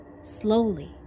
slowly